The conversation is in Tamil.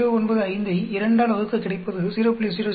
0195 ஐ 2 ஆல் வகுக்க கிடைப்பது 0